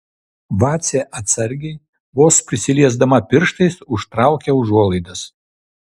vacė atsargiai vos prisiliesdama pirštais užtraukia užuolaidas